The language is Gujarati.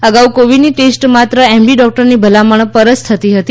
અગાઉ કોવિડની ટેસ્ટ માત્ર એમડી ડોક્ટરની ભલામણ પર જ થતી હતી